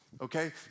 Okay